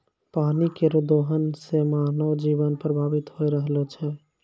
पानी केरो दोहन सें मानव जीवन प्रभावित होय रहलो छै